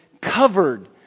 covered